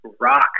rock